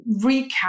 recap